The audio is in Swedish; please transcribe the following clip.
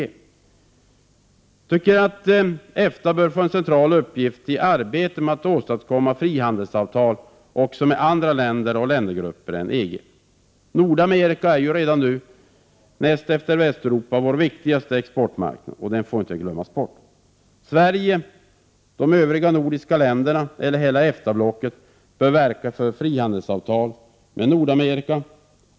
Jag tycker att EFTA borde få en central uppgift i arbetet med att åstadkomma frihandelsavtal också med andra länder och ländergrupper än EG. Nordamerika är redan nu näst efter Västeuropa vår viktigaste exportmarknad. Det får inte glömmas bort. Sverige och de nordiska länderna eller hela EFTA-blocket bör verka för frihandelsavtal med Nordamerika.